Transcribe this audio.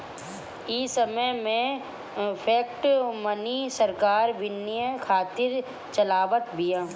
इ समय में फ़िएट मनी सरकार विनिमय खातिर चलावत बिया